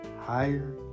higher